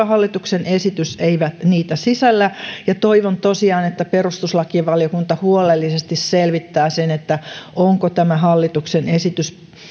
hallituksen esitys eivät niitä sisällä ja toivon tosiaan että perustuslakivaliokunta huolellisesti selvittää sen onko tämä hallituksen esitys